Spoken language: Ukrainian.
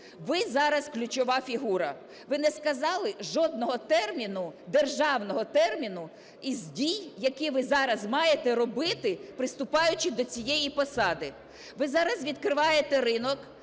Ви зараз ключова фігура. Ви не сказали жодного терміну, державного терміну із дій, які ви зараз маєте робити, приступаючи до цієї посади. Ви зараз відкриваєте ринок